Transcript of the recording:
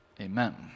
amen